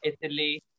Italy